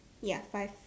ya five